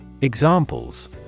Examples